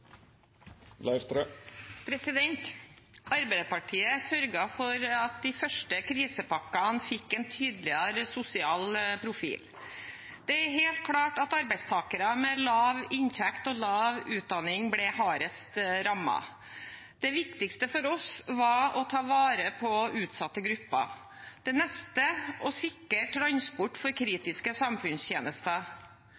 Arbeiderpartiet sørget for at de første krisepakkene fikk en tydeligere sosial profil. Det er helt klart at arbeidstakere med lav inntekt og lav utdanning ble hardest rammet. Det viktigste for oss var å ta vare på utsatte grupper. Det neste var å sikre transport for